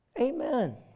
Amen